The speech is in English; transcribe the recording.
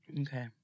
Okay